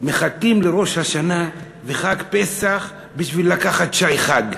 מחכים לראש השנה וחג פסח בשביל לקחת שי לחג.